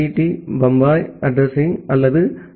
D Bombay addressing அல்லது ஐ